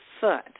foot